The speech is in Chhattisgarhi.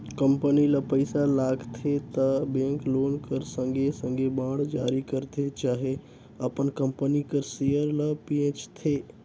कंपनी ल पइसा लागथे त बेंक लोन कर संघे संघे बांड जारी करथे चहे अपन कंपनी कर सेयर ल बेंचथे